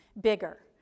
bigger